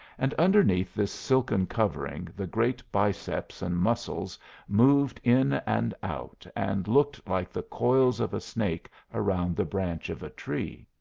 and underneath this silken covering the great biceps and muscles moved in and out and looked like the coils of a snake around the branch of a tree.